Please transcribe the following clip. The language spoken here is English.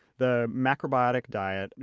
the macrobiotic diet,